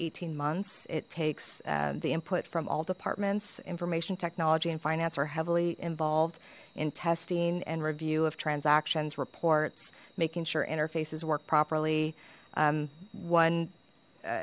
eighteen months it takes the input from all departments information technology and finance are heavily involved in testing and review of transactions reports making sure interfaces work properly one